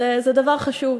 זה דבר חשוב.